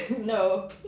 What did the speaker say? No